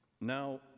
Now